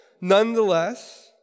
nonetheless